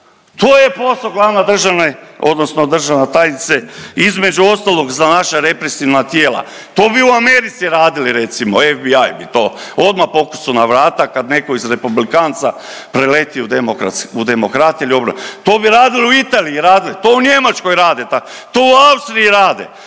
To je posao glavne državne, odnosno državna tajnice između ostalog za naša represivna tijela. To bi u Americi radili recimo FBI bi to odmah pokucao na vrata kad netko iz republikanca preleti u demokrate ili obratno. To bi radili u Italiji, to u Njemačkoj rade tako, to u Austriji rade.